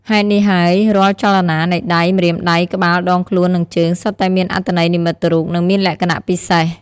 ហេតុនេះហើយ រាល់ចលនានៃដៃ ម្រាមដៃ ក្បាល ដងខ្លួន និងជើង សុទ្ធតែមានអត្ថន័យនិមិត្តរូប និងមានលក្ខណៈពិសេស។